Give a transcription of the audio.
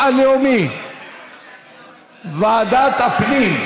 ועדת הפנים.